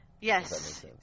Yes